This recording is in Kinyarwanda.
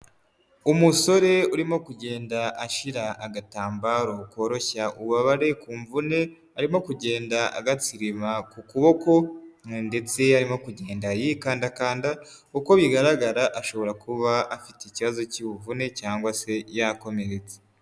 Umusore urimo kugenda ashyira agatambaro koroshya ububabare ku mvune, arimo kugenda agatsiriba ku kuboko ndetse arimo kugenda yikandakanda, uko bigaragara ashobora kuba afite ikibazo cy'ubuvune cyangwa se yakomeretse.